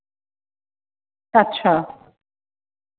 अच्छा